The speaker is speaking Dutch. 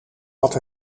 wat